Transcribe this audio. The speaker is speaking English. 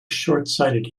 shortsighted